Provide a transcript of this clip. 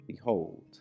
Behold